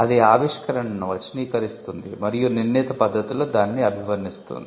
అది ఆవిష్కరణను వచనీకరిస్తుంది మరియు నిర్ణీత పద్ధతిలో దానిని అభివర్ణిస్తుంది